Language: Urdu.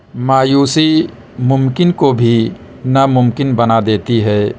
مایوسی ممکن کو بھی ناممکن بنا دیتی ہے